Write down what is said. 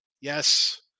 Yes